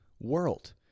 world